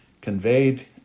conveyed